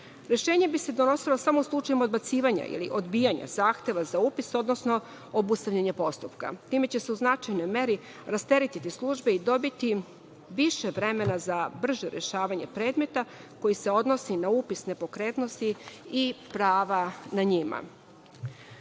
bi se donosilo samo u slučajevima odbacivanja ili odbijanja zahteva za upis, odnosno obustavljanje postupka. Time će se u značajnoj meri rasteretiti službe i dobiti više vremena za brže rešavanje predmeta koji se odnosi na upis nepokretnosti i prava na